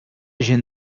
gent